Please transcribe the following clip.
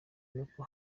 n’uko